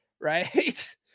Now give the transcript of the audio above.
right